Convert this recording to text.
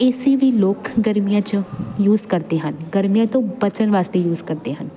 ਏ C ਵੀ ਲੋਕ ਗਰਮੀਆਂ 'ਚ ਯੂਜ ਕਰਦੇ ਹਨ ਗਰਮੀਆਂ ਤੋਂ ਬਚਣ ਵਾਸਤੇ ਯੂਜ ਕਰਦੇ ਹਨ